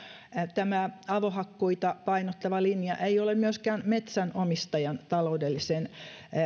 tämä avohakkuita painottava linja ei ole myöskään metsänomistajan taloudellisen